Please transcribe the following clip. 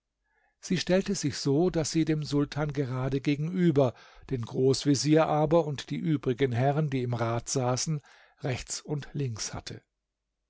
sie stellte sich so daß sie den sultan gerade gegenüber den großvezier aber und die übrigen herren die im rat saßen rechts und links hatte